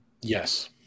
Yes